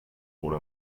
wohl